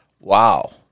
Wow